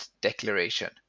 Declaration